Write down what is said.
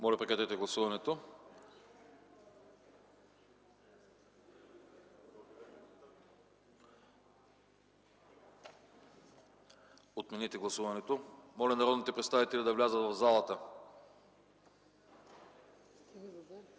Моля, прекратете гласуването. Отменете гласуването! Моля народните представители да влязат в залата.